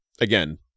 again